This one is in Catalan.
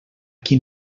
qui